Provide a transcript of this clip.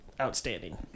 outstanding